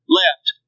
left